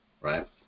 Right